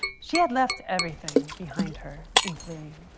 she had left everything behind her in fleeing,